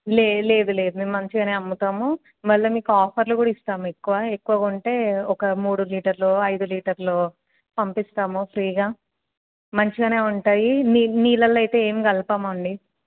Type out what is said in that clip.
లేదు లేదు లేదు మేము మంచిగానే అమ్ముతాము మళ్ళీ మీకు ఆఫర్లు కూడా ఇస్తాము ఎక్కువ ఎక్కువ కొంటే ఒక మూడు లీటర్లు ఐదు లీటర్లు పంపిస్తాము ఫ్రీగా మంచిగనే ఉంటాయి నీళ్ళల్లో అయితే ఏం కలపమండి